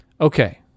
Okay